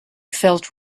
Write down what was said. felt